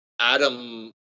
Adam